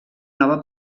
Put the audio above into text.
nova